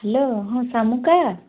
hello ହଁ ଶାମୁକା